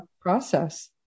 process